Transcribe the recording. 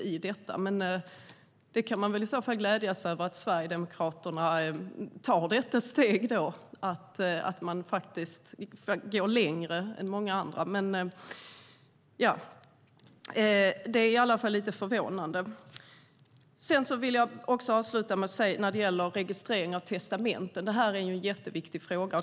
Å andra sidan kan man glädja sig över att Sverigedemokraterna tar det här steget och går längre än många andra. Registrering av testamenten är en jätteviktig fråga.